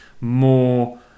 more